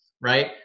right